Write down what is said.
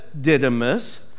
Didymus